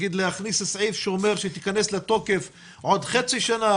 נגיד להכניס סעיף שאומר שתיכנס לתוקף עוד חצי שנה,